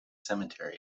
cemetery